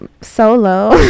solo